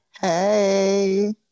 hey